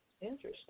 Interesting